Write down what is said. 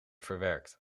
verwerkt